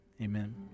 Amen